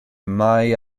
mai